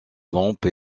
lampes